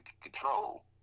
control